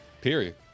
Period